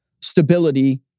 stability